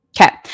Okay